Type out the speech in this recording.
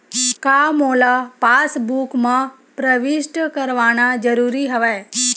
का मोला पासबुक म प्रविष्ट करवाना ज़रूरी हवय?